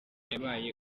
yabaye